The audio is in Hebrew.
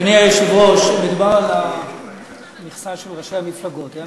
אדוני היושב-ראש, מדובר על המכסה של ראשי המפלגות.